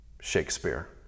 Shakespeare